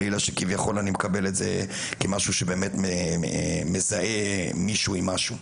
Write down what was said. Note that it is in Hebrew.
וחלילה שכביכול אני מקבל את זה כמשהו שבאמת מזהה מישהו עם משהו,